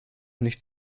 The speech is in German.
nicht